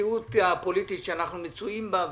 המציאות הפוליטית שאנחנו מצויים בה,